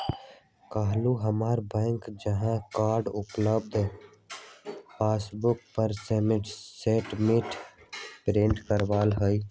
काल्हू हमरा बैंक जा कऽ अप्पन पासबुक पर स्टेटमेंट प्रिंट करेनाइ हइ